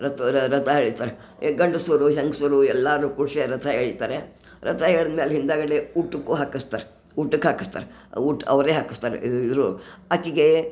ರತೋರ ರಥ ಎಳಿತಾರೆ ಎ ಗಂಡಸುರು ಹೆಂಗ್ಸುರು ಎಲ್ಲಾರು ಕೂಡ್ಸೆ ರಥ ಎಳಿತಾರೆ ರಥ ಎಳಿದ್ಮೇಲೆ ಇಂಥಾ ಕಡೆ ಊಟಕ್ಕೂ ಹಾಕಿಸ್ತಾರೆ ಊಟಕ್ಕೆ ಹಾಕಿಸ್ತಾರೆ ಊಟ ಅವರೇ ಹಾಕಿಸ್ತಾರೆ ಇದ್ರ ಇದ್ರ ಆಕಿಗೆ